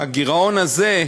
שהגירעון הזה,